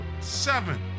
seven